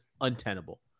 untenable